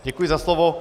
Děkuji za slovo.